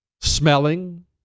Smelling